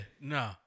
no